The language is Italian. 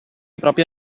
proprio